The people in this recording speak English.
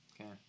Okay